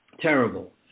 Terrible